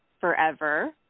forever